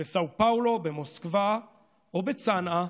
בסאו פאולו, במוסקבה או בצנעא,